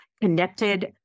connected